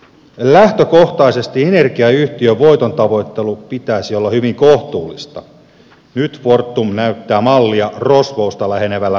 lähtökohtaisesti energiayhtiön voitontavoittelun pitäisi olla hyvin kohtuullista nyt fortum näyttää mallia rosvousta lähenevällä rahastuksellaan